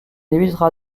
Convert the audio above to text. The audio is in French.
évitera